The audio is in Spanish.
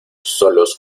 solos